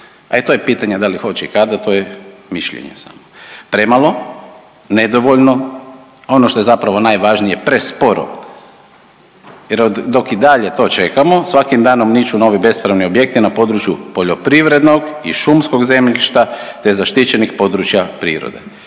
E to je pitanje da li hoće i kada, to je mišljenje samo. Premalo, nedovoljno, ono što je zapravo najvažnije presporo. Jer dok i dalje to čekamo svakim danom niču novi bespravni objekti na području poljoprivrednog i šumskog zemljišta, te zaštićenih područja prirode.